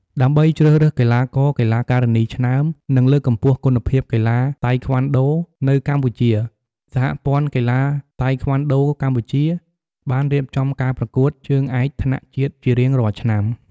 ដើម្បីជ្រើសរើសកីឡាករ-កីឡាការិនីឆ្នើម និងលើកកម្ពស់គុណភាពកីឡាតៃក្វាន់ដូនៅកម្ពុជា សហព័ន្ធកីឡាតៃក្វាន់ដូកម្ពុជាបានរៀបចំការប្រកួតជើងឯកថ្នាក់ជាតិជារៀងរាល់ឆ្នាំ។